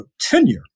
tenure